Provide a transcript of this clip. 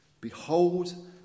Behold